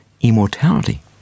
immortality